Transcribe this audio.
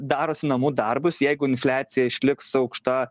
darosi namų darbus jeigu infliacija išliks aukšta